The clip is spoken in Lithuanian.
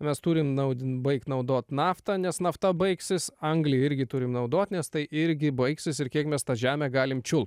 mes turime naudinga baigti naudoti naftą nes nafta baigsis anglijoje irgi turime naudoti nes tai irgi baigsis ir kiek mes tą žemę galime čiul